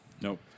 Nope